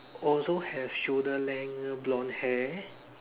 also have shoulder length blonde hair